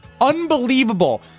unbelievable